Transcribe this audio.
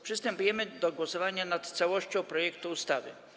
Przystępujemy do głosowania nad całością projektu ustawy.